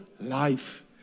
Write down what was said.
life